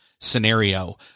scenario